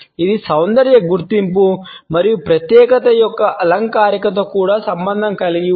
ఇది సౌందర్య గుర్తింపు మరియు ప్రత్యేకత యొక్క అలంకారికతో కూడా సంబంధం కలిగి ఉంది